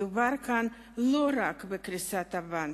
מדובר כאן לא רק בקריסת הבנקים,